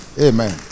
Amen